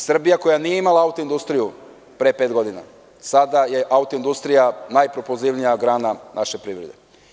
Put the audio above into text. Srbija koja nije imala auto industriju pre pet godina, sada je auto industrija najpopularnija grana naše privrede.